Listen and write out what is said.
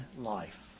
life